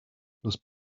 los